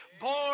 born